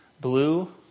Blue